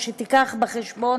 או שתביא בחשבון